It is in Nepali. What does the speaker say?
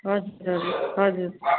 हजुर हजुर हजुर